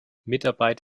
mitarbeit